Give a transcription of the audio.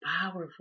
powerful